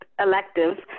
electives